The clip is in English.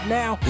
now